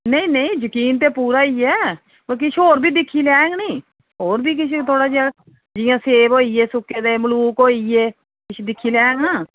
नेईं नेईं यकीन ते पूरा ही ऐ पर किश होर बी दिक्खी लैंङ नी होर बी किश थोह्ड़ा जेहा जि'यां सेब होई गे सुक्के दे मलूक होई गे किश दिक्खी लैंङ